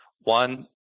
one